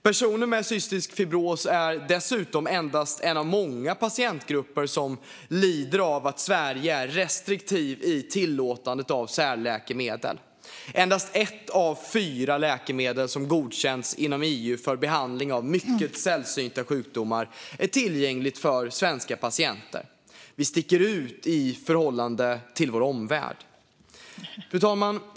Gruppen med cystisk fibros är dessutom endast en av många patientgrupper som lider av att Sverige är restriktivt i tillåtandet av särläkemedel. Endast ett av fyra läkemedel som godkänts inom EU för behandling av mycket sällsynta sjukdomar är tillgängligt för svenska patienter. Vi sticker ut i förhållande till vår omvärld. Fru talman!